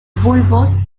bulbos